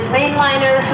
Mainliner